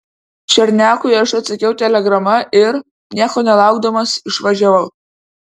černiakui aš atsakiau telegrama ir nieko nelaukdamas išvažiavau